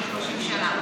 30 שנה,